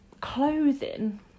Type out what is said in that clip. clothing